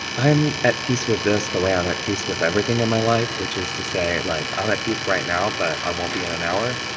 i'm at peace with this the way i'm at peace with everything in my life, which is to say, like, i'm at peace right now, but i won't be in an hour,